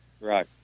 Right